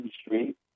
street